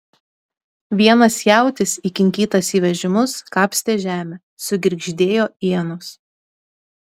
vienas jautis įkinkytas į vežimus kapstė žemę sugirgždėjo ienos